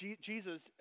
Jesus